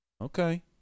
Okay